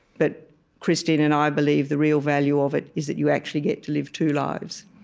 but christine and i believe the real value of it is that you actually get to live two lives